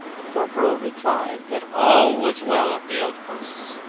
the corporal replied that all was well at the outposts.